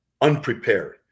unprepared